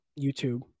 YouTube